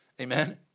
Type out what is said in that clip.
amen